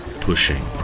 pushing